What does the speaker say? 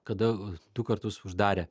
kada du kartus uždarė